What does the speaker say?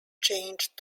changed